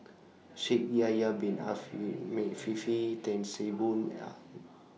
Shaikh Yahya Bin Ahmed Afifi Tan See Boo